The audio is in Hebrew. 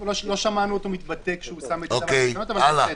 לא שמענו אותו מתבטא כך, אבל בסדר.